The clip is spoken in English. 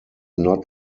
not